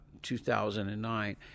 2009